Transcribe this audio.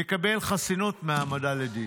יקבל חסינות מהעמדה לדין.